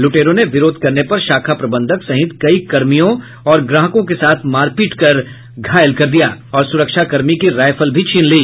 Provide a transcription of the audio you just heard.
लुटेरों ने विरोध करने पर शाखा प्रबंधक सहित कई कर्मियों और ग्राहकों के साथ मारपीट कर घायल कर दिया और सुरक्षा कर्मी की रायफल भी छीन ली